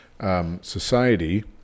society